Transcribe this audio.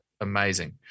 amazing